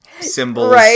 symbols